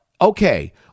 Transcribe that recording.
okay